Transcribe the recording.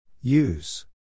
Use